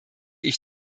ich